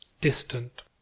distant